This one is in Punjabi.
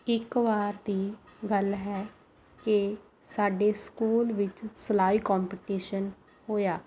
ਇੱਕ ਵਾਰ ਦੀ ਗੱਲ ਹੈ ਕਿ ਸਾਡੇ ਸਕੂਲ ਵਿੱਚ ਸਿਲਾਈ ਕੰਪੀਟੀਸ਼ਨ ਹੋਇਆ